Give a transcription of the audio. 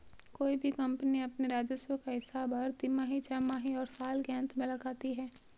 कोई भी कम्पनी अपने राजस्व का हिसाब हर तिमाही, छमाही और साल के अंत में लगाती है